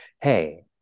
hey